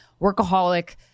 workaholic